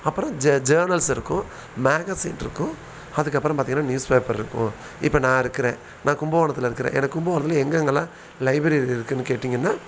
அப்புறம் ஜெ ஜேனர்ல்ஸ் இருக்கும் மேகஸின் இருக்கும் அதுக்கப்புறம் பார்த்திங்கன்னா நியூஸ் பேப்பர் இருக்கும் இப்போ நான் இருக்கிறேன் நான் கும்பகோணத்தில் இருக்கிறேன் எனக்கு கும்பகோணத்தில் எங்கெங்கலாம் லைப்ரரி இருக்குன்னு கேட்டிங்கன்னால்